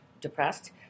depressed